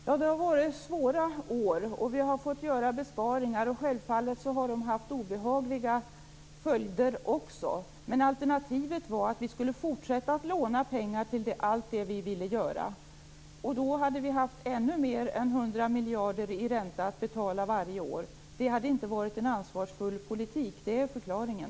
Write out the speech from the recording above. Herr talman! Det har varit svåra år. Vi har fått göra besparingar. Självfallet har de också haft obehagliga följder, men alternativet var att fortsätta låna pengar till allt det som vi ville göra. I så fall hade vi haft ännu mer än 100 miljarder i ränta att betala varje år. Det hade inte varit en ansvarsfull politik - det är förklaringen.